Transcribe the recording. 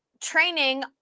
training